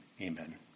amen